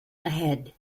ahead